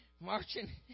marching